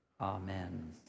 Amen